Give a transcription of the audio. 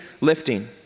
lifting